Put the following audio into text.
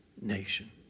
nation